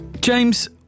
James